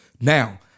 Now